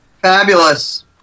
Fabulous